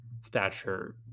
stature